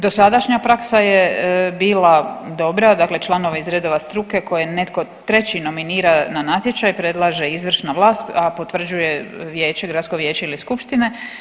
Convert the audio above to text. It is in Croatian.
Dosadašnja praksa je bila dobra, dakle članovi iz redova struke koje netko treći nominira na natječaj predlaže izvršna vlast, a potvrđuje vijeće gradsko vijeće ili skupštine.